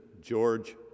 George